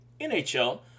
NHL